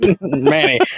manny